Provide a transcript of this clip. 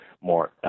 more